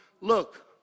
Look